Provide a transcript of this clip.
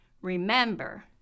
remember